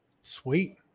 Sweet